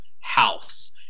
house